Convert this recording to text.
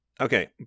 okay